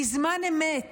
בזמן אמת